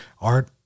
art